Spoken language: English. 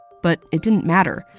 but it didn't matter.